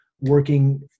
working